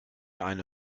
eine